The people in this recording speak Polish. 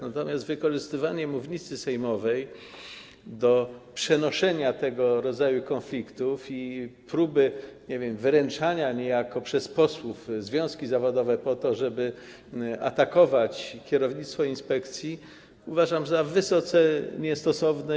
Natomiast wykorzystywanie mównicy sejmowej do przenoszenia tego rodzaju konfliktów i próbę, nie wiem, wyręczania niejako związków zawodowych przez posłów po to, żeby atakować kierownictwo inspekcji, uważam za wysoce niestosowne.